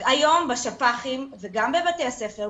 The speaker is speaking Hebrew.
היום בשפ"חים וגם בבתי הספר,